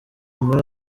muri